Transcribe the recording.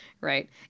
right